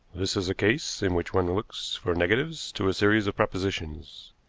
this is a case in which one looks for negatives to a series of propositions.